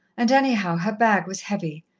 and, anyhow, her bag was heavy.